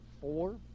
four